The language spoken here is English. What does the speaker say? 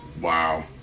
Wow